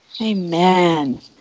Amen